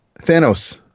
Thanos